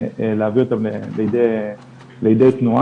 הם יועברו למחלקה קטנה יותר שתהיה מחלקה זמנית.